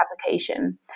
application